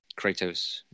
Kratos